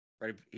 right